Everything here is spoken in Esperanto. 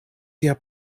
tia